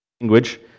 language